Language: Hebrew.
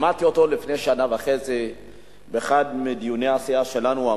שמעתי אותו לפני שנה וחצי באחד מדיוני הסיעה שלנו.